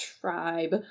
tribe